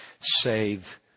save